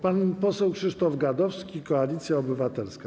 Pan poseł Krzysztof Gadowski, Koalicja Obywatelska.